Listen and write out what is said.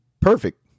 perfect